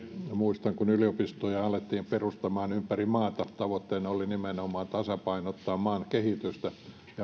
muistan kun yliopistoja alettiin perustamaan ympäri maata tavoitteena oli nimenomaan tasapainottaa maan kehitystä